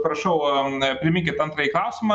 prašau priminkit antąjį klausimą